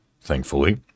thankfully